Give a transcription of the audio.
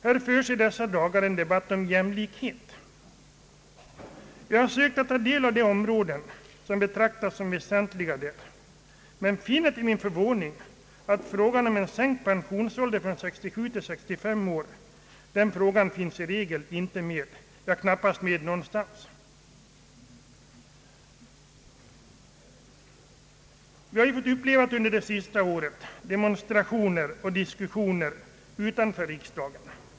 Här förs i dessa dagar en debatt om jämlikhet. Jag har sökt ta del av de områden som betraktas som väsentliga i detta avseende, men till min förvåning funnit att frågan om en sänkning av pensionsåldern från 67 till 65 år inte finns med; den finns knappast med någonstans. Vi har under det senaste året fått uppleva demonstrationer och diskussioner utanför riksdagen.